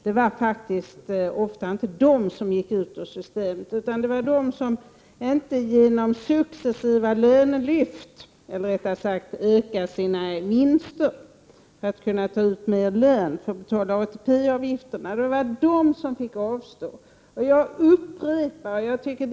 Det var inte de företagarna som gick ut ur systemet, utan det var de företagare som inte kunde göra några successiva lönelyft som fick avstå — dvs. de företagare som inte kunde öka sina vinster så att de kunde ta ut mer lön och därmed betala ATP-avgifterna.